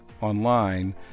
online